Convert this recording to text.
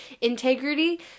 integrity